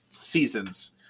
seasons